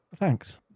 thanks